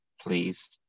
please